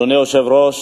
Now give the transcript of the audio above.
אדוני היושב-ראש,